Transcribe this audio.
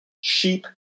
sheep